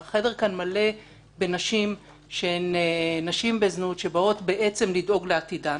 החדר כאן מלא נשים בזנות שבאות לדאוג לעתידן.